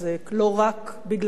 לא רק בגלל זה.